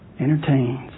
Entertains